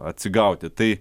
atsigauti tai